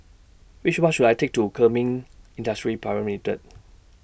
Which Bus should I Take to Kemin Industries Private Limited